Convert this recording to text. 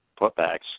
putbacks